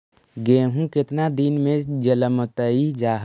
गेहूं केतना दिन में जलमतइ जा है?